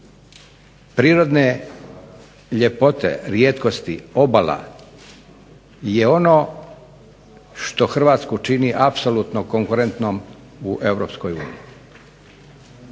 prirodne ljepote, rijetkosti, obala je ono što Hrvatsku čini apsolutno konkurentnom u